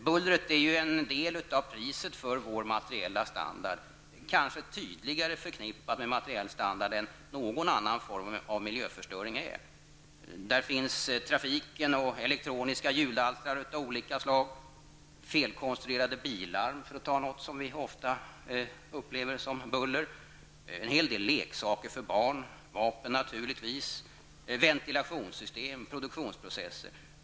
Bullret är en del av priset för vår materiella standard, kanske tydligare förknippat med materiell standard än någon annan form av miljöförstöring. Det gäller trafiken, elektroniska ljudalstrare av olika slag, felkonstruerade billarm -- för att ta något som vi ofta upplever som buller -- en hel del leksaker för barn, vapen naturligtvis, ventilationssystem och produktionsprocesser.